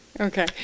okay